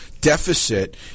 deficit